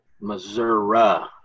Missouri